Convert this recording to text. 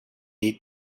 eat